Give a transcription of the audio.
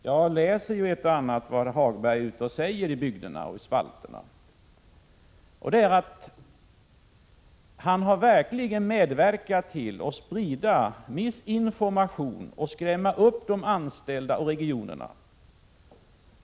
Jag läser ett och annat av vad Hagberg säger ute i bygderna och skriver i spalterna. Han har verkligen medverkat till att sprida missinformation och skrämma upp de anställda i regionerna.